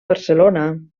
barcelona